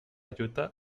lluita